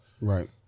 Right